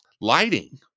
lighting